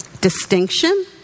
distinction